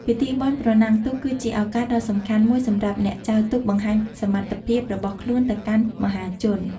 ពិធីបុណ្យប្រណាំងទូកគឺជាឱកាសដ៏សំខាន់មួយសម្រាប់អ្នកចែវទូកបង្ហាញសមត្ថភាពរបស់ខ្លួនទៅកាន់មហាជន។